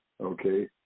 okay